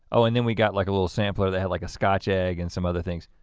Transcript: oh and then we got like a little sampler, they have like a scotch egg and some other things.